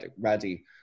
ready